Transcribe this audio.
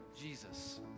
Jesus